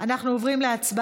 חברת הכנסת